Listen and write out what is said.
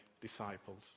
disciples